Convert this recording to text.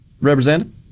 Representative